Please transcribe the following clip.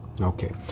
Okay